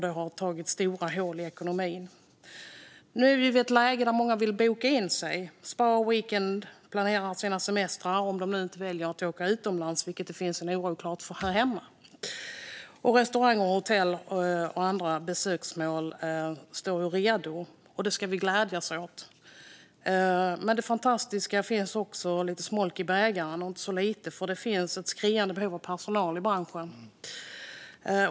Det har grävt stora hål i ekonomin. Nu är vi i ett läge där många vill boka in sig på spa och weekendresor och planera sina semestrar, om de inte väljer att åka utomlands, vilket det såklart finns en oro för här hemma. Restauranger, hotell och besöksmål står redo. Det ska vi glädjas åt. Det är fantastiskt. Men det finns också smolk i bägaren, och inte så lite. Det finns nämligen ett skriande behov av personal i branschen.